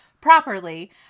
properly